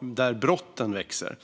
där brotten växer.